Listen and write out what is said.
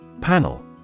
Panel